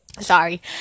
Sorry